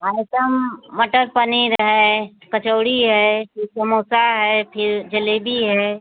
item matar paneer है कचौड़ी है फिर समोसा है फिर जलेबी है